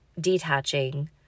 detaching